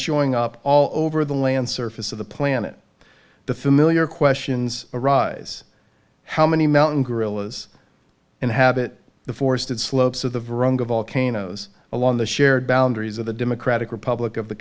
showing up all over the land surface of the planet the familiar questions arise how many mountain gorillas inhabit the forested slopes of the volcanoes along the shared boundaries of the democratic republic of the